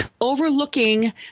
overlooking